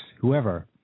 whoever